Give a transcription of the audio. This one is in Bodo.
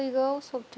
उनसं